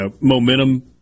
momentum